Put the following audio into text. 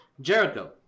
Jericho